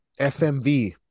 fmv